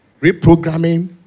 Reprogramming